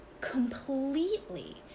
completely